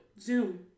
Zoom